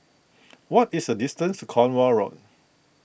what is the distance to Cornwall Road